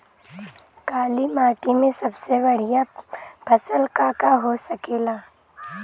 काली माटी में सबसे बढ़िया फसल का का हो सकेला?